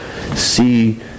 see